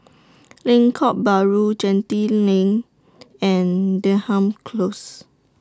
Lengkok Bahru Genting LINK and Denham Close